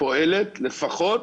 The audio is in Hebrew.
פועלת שלפחות